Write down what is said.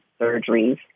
surgeries